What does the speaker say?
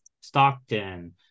Stockton